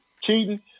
Cheating